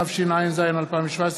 התשע"ז 2017,